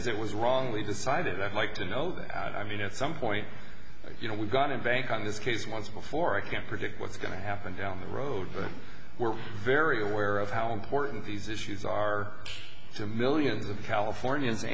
is it was wrongly decided i'd like to know i mean at some point you know we've got to bank on this case once before i can't predict what's going to happen down the road but we're very aware of how important these issues are to millions of californians